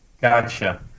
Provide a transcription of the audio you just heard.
Gotcha